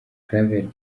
claver